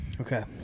Okay